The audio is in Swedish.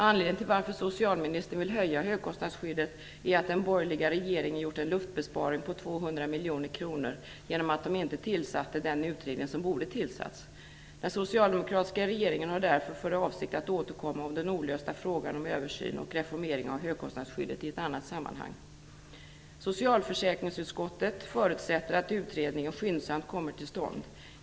Anledningen till varför socialministern vill höja högkostnadsskyddet är att den borgerliga regeringen gjort en luftbesparing på 200 miljoner kronor genom att inte tillsätta den utredning som borde ha tillsatts. Den socialdemokratiska regeringen har därför för avsikt att återkomma om den olösta frågan om översyn och reformering av högkostnadsskyddet i ett annat sammanhang. Socialförsäkringsutskottet förutsätter att utredningen skyndsamt tillsätts.